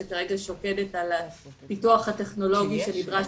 שכרגע שוקדת על הפיתוח הטכנולוגי שנדרש